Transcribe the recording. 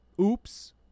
oops